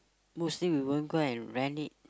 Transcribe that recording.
mostly we won't go and rent it